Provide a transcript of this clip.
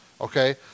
Okay